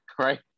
right